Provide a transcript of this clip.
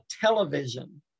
television